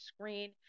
screen